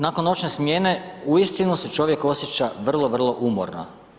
Nakon noćne smjene uistinu se čovjek osjeća vrlo vrlo umorno.